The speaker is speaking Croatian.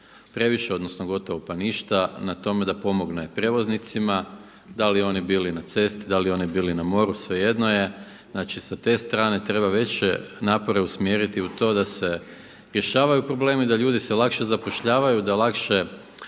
previše odnosno gotovo pa ništa na tome da pomogne prijevoznicima, da li oni bili na cesti, da li oni bili na moru svejedno je. Znači sa te strane treba veće napore usmjeriti u to da se rješavaju problemi, da ljudi se lakše zapošljavaju, da lakše